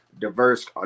diverse